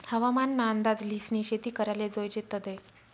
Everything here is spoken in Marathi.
हवामान ना अंदाज ल्हिसनी शेती कराले जोयजे तदय